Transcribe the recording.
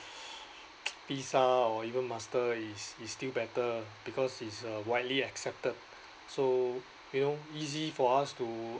VISA or even master is is still better because it's err widely accepted so you know easy for us to